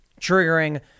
triggering